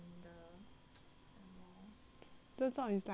turns out it's like aunty right